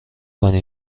کنی